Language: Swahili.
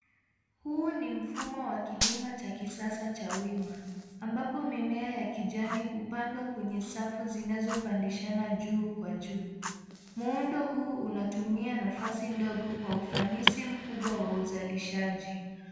Huu ni mfumo wa kilimo cha kisasa cha wima, ambapo mimea ya kijani hupandwa kwenye safu zinazopandishana juu kwa juu. Muundo huu unatumia nafasi ndogo kwa ufanisi kubwa wa uzalishaji.